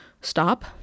stop